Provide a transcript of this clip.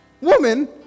Woman